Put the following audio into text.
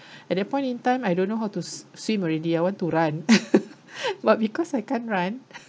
at that point in time I don't know how to s~ swim already I want to run but because I can't run